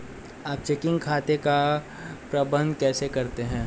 आप चेकिंग खाते का प्रबंधन कैसे करते हैं?